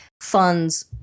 funds